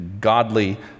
godly